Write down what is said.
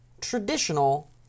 traditional